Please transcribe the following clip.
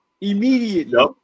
immediately